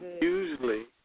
usually